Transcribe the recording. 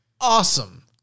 awesome